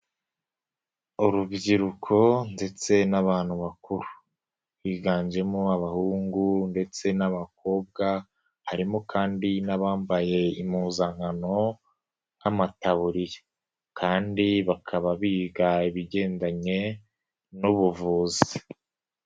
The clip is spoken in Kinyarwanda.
Urubyiruko ndetse n'abantu bakuru. Biganjemo abahungu ndetse n'abakobwa, harimo kandi n'abambaye impuzankano nk'amataburiya kandi bakaba biga ibigendanye n'ubuvuzi.